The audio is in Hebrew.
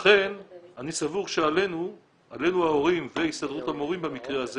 לכן אני סבור שעלינו ההורים והסתדרות המורים במקרה הזה,